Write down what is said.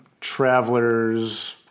traveler's